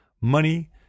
Money